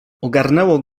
ogarnęło